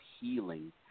healing